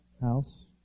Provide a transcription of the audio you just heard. house